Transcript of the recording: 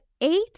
eight